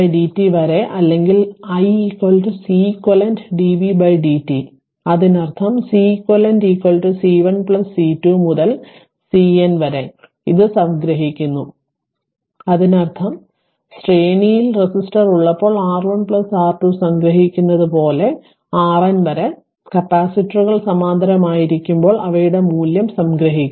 CN dvdt വരെ അല്ലെങ്കിൽ i Ceq dvdt അതിനർത്ഥം Ceq C1 C2 മുതൽ CN വരെ ഇത് സംഗ്രഹിക്കുന്നു അതിനർത്ഥം ശ്രേണിയിൽ റെസിസ്റ്റർ ഉള്ളപ്പോൾ r 1 r 2 സംഗ്രഹിക്കുന്നപോലെ rn വരെ കപ്പാസിറ്ററുകൾ സമാന്തരമായിരിക്കുമ്പോൾ അവയുടെ മൂല്യം സംഗ്രഹിക്കും